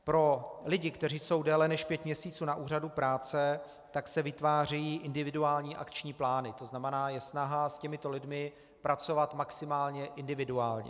Pro lidi, kteří jsou déle než pět měsíců na úřadu práce, se vytvářejí individuální akční plány, to znamená, je snaha s těmito lidmi pracovat maximálně individuálně.